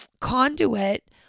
conduit